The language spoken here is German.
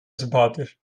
sympathisch